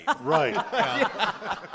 Right